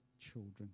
children